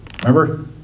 Remember